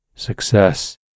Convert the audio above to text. success